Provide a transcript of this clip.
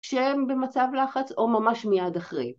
‫שהם במצב לחץ או ממש מיד אחרי.